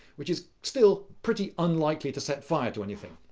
which is still pretty unlikely to set fire to anything.